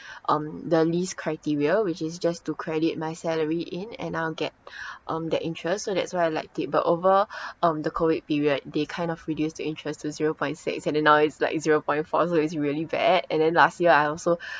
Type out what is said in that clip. um the least criteria which is just to credit my salary in and I'll get um that interest so that's why I liked it but over um the COVID period they kind of reduced the interest to zero point six and then now it's like zero point four so it's really bad and then last year I also